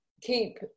keep